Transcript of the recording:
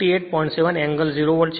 7 angle 0 volt છે